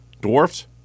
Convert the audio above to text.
dwarfs